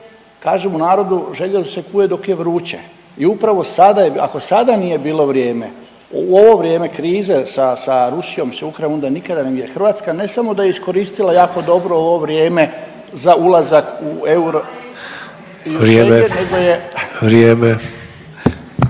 Kažemo u narodu željezo se kuje dok je vruće i upravo sada ako sada nije bilo vrijeme u ovo vrijeme krize sa, sa Rusijom, sa Ukrajinom, onda nikada nije. Hrvatska ne samo da je iskoristila jako dobro ovo vrijeme za ulazak u euro…/Upadica Sanader: